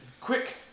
Quick